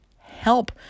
help